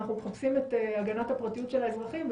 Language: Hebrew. אנחנו מחפשים את הגנת הפרטיות של האזרחים.